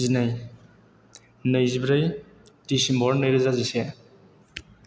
जिनै नैजिब्रै डिसेम्ब'र नैरोजा जिसे